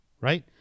right